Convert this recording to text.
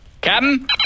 captain